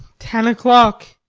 ten o'clock.